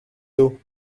d’eau